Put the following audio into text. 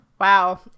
Wow